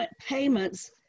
payments